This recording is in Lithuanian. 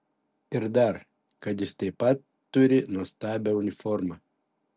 ir dar kad jis taip pat turi nuostabią uniformą